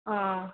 आं